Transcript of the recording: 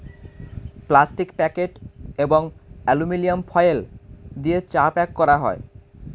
plastic packet এবং aluminium foil দিয়ে চা প্যাক করা হয়